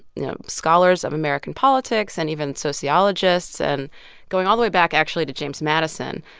you know, scholars of american politics, and even sociologists, and going all the way back, actually, to james madison,